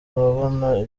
urabona